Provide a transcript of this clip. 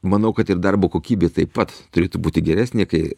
manau kad ir darbo kokybė taip pat turėtų būti geresnė kai